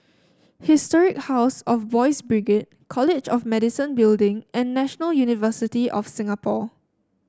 Historic House of Boys' Brigade College of Medicine Building and National University of Singapore